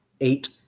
eight